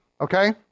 Okay